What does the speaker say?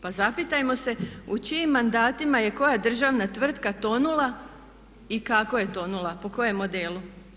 Pa zapitajmo se u čijim mandatima je koja državna tvrtka tonula i kako je tonula, po kojem modelu?